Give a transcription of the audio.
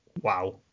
wow